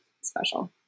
special